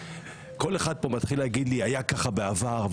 כל אחד פה מתחיל להגיד לי היה ככה בעבר,